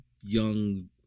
young